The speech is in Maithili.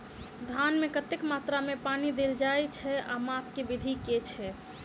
धान मे कतेक मात्रा मे पानि देल जाएँ छैय आ माप केँ विधि केँ छैय?